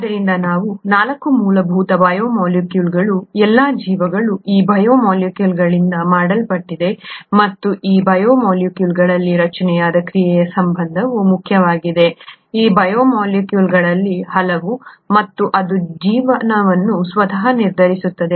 ಆದ್ದರಿಂದ ಇವು 4 ಮೂಲಭೂತ ಬಯೋಮಾಲಿಕ್ಯೂಲ್ಗಳು ಎಲ್ಲಾ ಜೀವಗಳು ಈ ಬಯೋಮಾಲಿಕ್ಯೂಲ್ಗಳಿಂದ ಮಾಡಲ್ಪಟ್ಟಿದೆ ಮತ್ತು ಈ ಬಯೋಮಾಲಿಕ್ಯೂಲ್ಗಳಲ್ಲಿ ರಚನೆ ಕ್ರಿಯೆಯ ಸಂಬಂಧವು ಮುಖ್ಯವಾಗಿದೆ ಈ ಬಯೋಮಾಲಿಕ್ಯೂಲ್ಗಳಲ್ಲಿ ಹಲವು ಮತ್ತು ಅದು ಜೀವನವನ್ನು ಸ್ವತಃ ನಿರ್ಧರಿಸುತ್ತದೆ